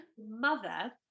mother